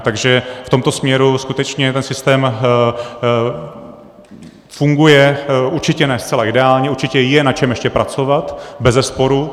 Takže v tomto směru skutečně ten systém funguje, určitě ne zcela ideálně, určitě je na čem ještě pracovat, bezesporu.